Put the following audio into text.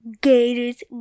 Gators